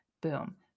boom